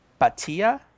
Batia